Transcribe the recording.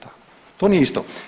To nije isto.